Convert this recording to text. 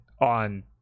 on